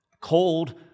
cold